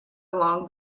along